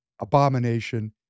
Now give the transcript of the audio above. abomination